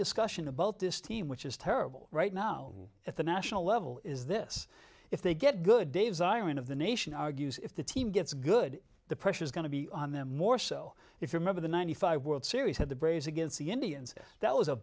discussion about this team which is terrible right now at the national level is this if they get good dave zirin of the nation argues if the team gets good the pressure is going to be on them more so if you remember the ninety five world series had the braves against the indians that was a